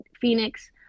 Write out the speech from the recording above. phoenix